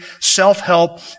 self-help